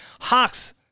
Hawks